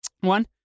one